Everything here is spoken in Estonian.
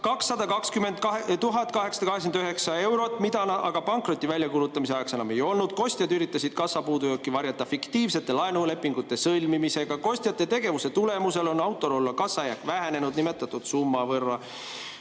220 889 eurot, mida aga pankroti väljakuulutamise ajaks enam ei olnud. Kostjad üritasid kassa puudujääki varjata fiktiivsete laenulepingute sõlmimisega. Kostjate tegevuse tulemusel on Autorollo kassajääk vähenenud nimetatud summa võrra.